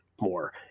more